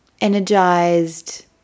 energized